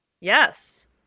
Yes